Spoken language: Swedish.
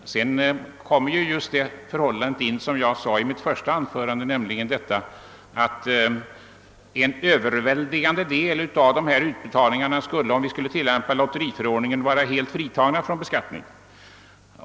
Som jag nämnde i mitt första anförande skulle nämligen en överväldigande del av utbetalningarna om vi skulle tillämpa lotteriförordningen vara helt fritagna från beskattning.